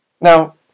Now